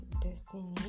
destiny